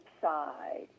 side